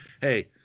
hey